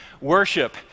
worship